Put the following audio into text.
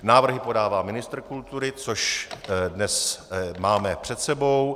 Návrhy podává ministr kultury, což dnes máme před sebou.